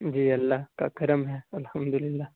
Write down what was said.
جی اللہ کا کرم ہے الحمد للہ